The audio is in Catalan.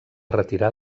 retirar